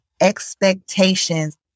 expectations